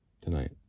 tonight